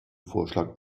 vorschlag